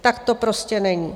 Tak to prostě není.